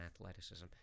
athleticism